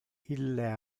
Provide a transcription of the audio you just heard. ille